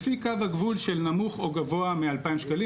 לפי קו הגבול של נמוך או גבוה מ-2,000 שקלים.